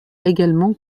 également